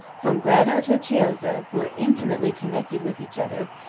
from grado to chiozza, were intimately connected with each other,